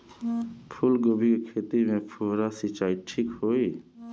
फूल गोभी के खेती में फुहारा सिंचाई ठीक होई?